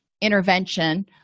intervention